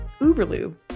Uberlube